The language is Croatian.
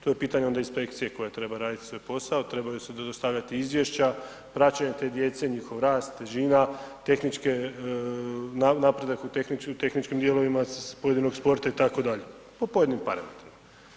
To je pitanje onda inspekcija koja treba raditi svoj posao, trebaju se dostavljati izvješća, praćenje te djece, njihov rast, težina, napredak u tehničkim dijelovima pojedinog sporta itd. po pojedinim parametrima.